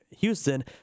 Houston